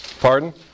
Pardon